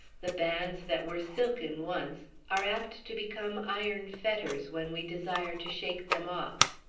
the bands that were silken once are apt to become iron fetters when we desire to shake them off.